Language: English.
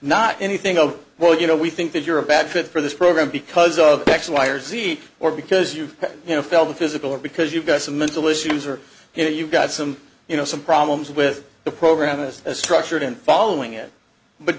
not anything of well you know we think that you're a bad fit for this program because of x y or z or because you have you know fell the physical or because you've got some mental issues or you know you've got some you know some problems with the program is structured in following it but